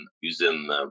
using